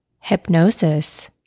Hypnosis